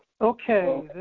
okay